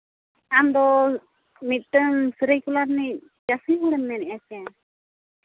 ᱟᱢᱫᱚ ᱢᱤᱫᱴᱮᱱ ᱥᱟᱹᱨᱟᱹᱭᱠᱮᱞᱞᱟ ᱨᱤᱱᱤᱡ ᱪᱟᱹᱥᱤ ᱦᱚᱲᱮᱢ ᱢᱮᱱᱮᱫᱼᱟ ᱥᱮ